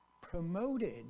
promoted